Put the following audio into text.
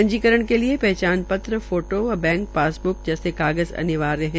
पंजीकरण के लिए पहचान पत्र फोटो व बैंक पासब्क जैसे कागजात अनिवार्य है